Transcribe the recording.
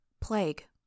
Plague